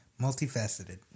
multifaceted